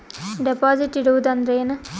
Deposit ಇಡುವುದು ಅಂದ್ರ ಏನ?